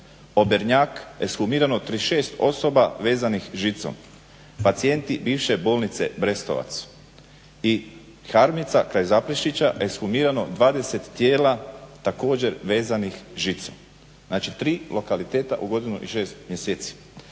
Obernjak ekshumirano 36 osoba vezanih žicom, pacijenti bivše bolnice Brestovac i Harmica kraj Zaprešića, ekshumirano 20 tijela također vezanih žicom. Znači, tri lokaliteta u godinu i šest mjeseci.